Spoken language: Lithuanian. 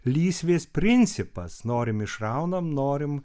lysvės principas norim išraunam norim